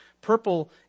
Purple